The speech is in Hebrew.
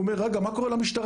אומר: רגע, מה קורה למשטרה?